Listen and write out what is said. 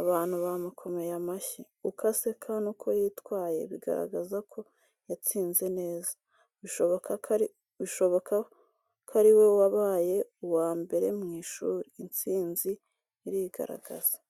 abantu bamukomeye amashyi. Uko aseka n’uko yitwaye, bigaragaza ko yatsinze neza, bishoboka ko ari we wabaye uwa mbere mu ishuri. Intsinzi irigaragaza.